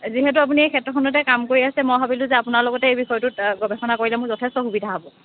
যিহেতু আপুনি এই ক্ষেত্ৰখনতে কাম কৰি আছে মই ভাবিলোঁ যে আপোনাৰ লগতে এই বিষয়টোত গৱেষণা কৰিলে মোৰ যথেষ্ট সুবিধা হ'ব